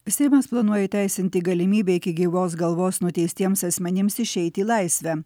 seimas planuoja įteisinti galimybę iki gyvos galvos nuteistiems asmenims išeiti į laisvę